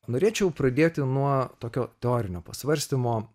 norėčiau pradėti nuo tokio teorinio pasvarstymo